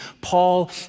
Paul